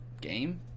game